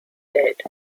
dead